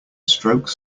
strokes